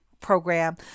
program